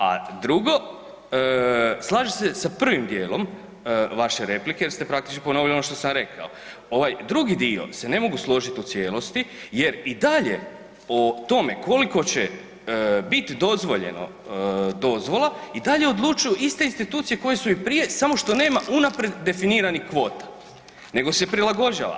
A drugo, slažem se sa prvim djelom vaše replike jer ste praktički ponovili ono što sam rekao, ovaj drugi dio se ne mogu složiti u cijelosti jer i dalje o tome koliko će bit dozvoljeno dozvola, i dalje odlučuju iste institucije koje su i prije samo što nema unaprijed definiranih kvota nego se prilagođava.